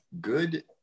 good